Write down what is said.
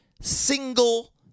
single